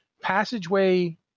passageway